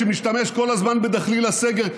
שמשתמש כל הזמן בדחליל הסגר,